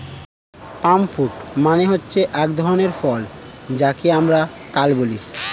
পাম fruit মানে হচ্ছে এক ধরনের ফল যাকে আমরা তাল বলি